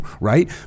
right